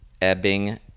ebbing